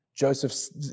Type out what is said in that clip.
Joseph